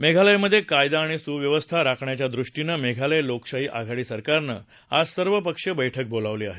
मेघालयामध्ये कायदा आणि सुव्यवस्था राखण्याच्या दृष्टीने मेघालय लोकशाही आघाडी सरकारनं आज सर्वपक्षीय बैठक बोलावली आहे